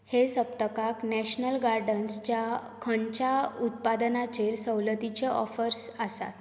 हे सप्तकांत नॅशनल गार्डन्सच्या खंयच्या उत्पादनांचेर सवलतीच्यो ऑफर्स आसात